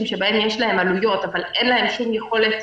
שבהם יש להם עלויות אבל אין להם שום יכולת